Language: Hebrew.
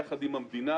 יחד עם המדינה